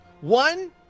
One